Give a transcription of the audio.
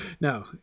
no